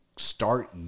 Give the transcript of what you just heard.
start